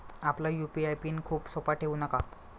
आपला UPI PIN खूप सोपा ठेवू नका